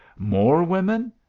more women!